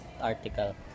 article